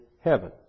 heaven